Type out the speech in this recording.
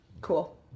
Cool